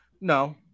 No